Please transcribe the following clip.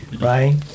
right